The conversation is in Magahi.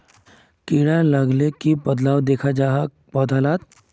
कीड़ा लगाले की बदलाव दखा जहा पौधा लात?